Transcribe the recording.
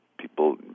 people